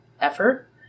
effort